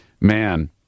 man